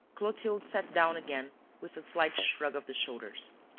clotilde sat down again with a slight shrug of the shoulders.